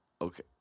okay